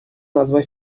назва